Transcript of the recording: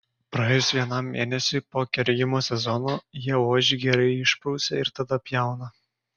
praėjus vienam mėnesiui po kergimo sezono jie ožį gerai išprausia ir tada pjauna